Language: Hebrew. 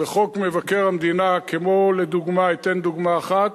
בחוק מבקר המדינה, כמו לדוגמה, אתן דוגמה אחת,